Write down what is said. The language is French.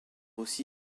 aussi